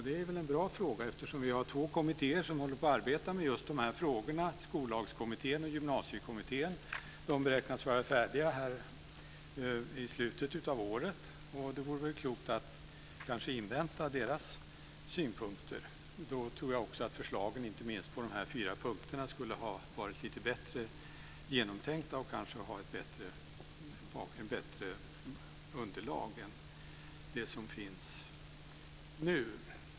Det är en bra fråga, eftersom vi har två kommittéer som håller på att arbeta med just dessa frågor, Skollagskommittén och Gymnasiekommittén. De beräknas vara färdiga i slutet av året. Och det vore väl klokt att invänta deras synpunkter. Då tror jag att förslagen, inte minst på dessa fyra punkter, skulle ha varit lite bättre genomtänkta och kanske ha haft ett bättre underlag än det som finns nu.